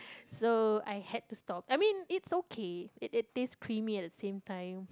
so I had to stop I mean it's okay it is taste creamy at the same time